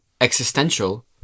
existential